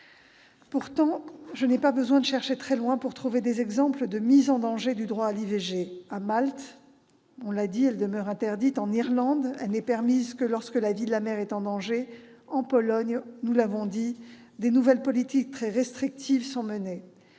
Pourtant, je n'ai pas besoin de chercher très loin pour trouver des exemples de mise en danger du droit à l'IVG : à Malte, on l'a dit, celle-ci demeure interdite ; en Irlande, elle n'est permise que lorsque la vie de la mère est en danger ; en Pologne, on l'a dit également, de nouvelles politiques très restrictives sont menées,